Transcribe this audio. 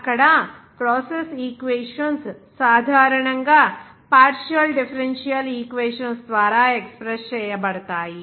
అక్కడ process equations సాధారణంగా partial differential equations ద్వారా ఎక్స్ప్రెస్ చేయబడతాయి